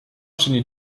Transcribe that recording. czyni